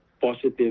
positive